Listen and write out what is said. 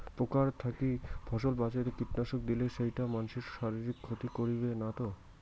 পোকার থাকি ফসল বাঁচাইতে কীটনাশক দিলে সেইটা মানসির শারীরিক ক্ষতি করিবে না তো?